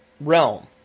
realm